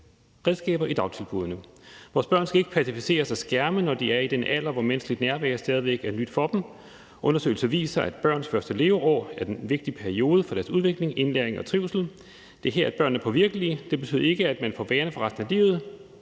redskaber i dagtilbuddene. Vores børn skal ikke passiviseres af skærme, når de er i den alder, hvor menneskeligt nærvær stadig væk er nyt for dem. Undersøgelser viser, at børns første leveår er en vigtig periode for deres udvikling, indlæring og trivsel. Det er her, at børnene er påvirkelige. Det betyder ikke, at man får dårlige vaner for resten af livet,